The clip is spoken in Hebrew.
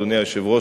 אדוני היושב-ראש,